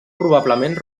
probablement